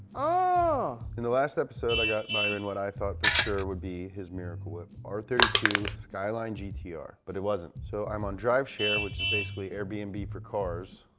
ah in the last episode i got byron what i thought for sure would be his miracle whip. r three two skyline gtr. but it wasn't. so, i'm on driveshare, which is basically airbnb and for cars,